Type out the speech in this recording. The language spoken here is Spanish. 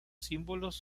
símbolos